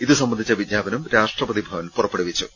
ഇതുസംബന്ധിച്ച വിജ്ഞാപനം രാഷ്ട്രപതി ഭവൻ പുറപ്പെടുവിച്ചു